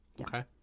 Okay